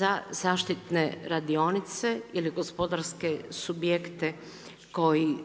za zaštitne radionice ili gospodarske subjekte koji